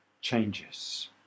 changes